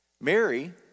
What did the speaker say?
Mary